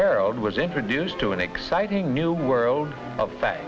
harold was introduced to an exciting new world of fa